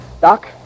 Doc